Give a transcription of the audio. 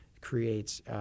creates